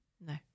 no